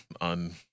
on